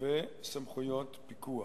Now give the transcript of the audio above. וסמכויות פיקוח.